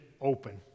open